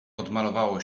odmalowało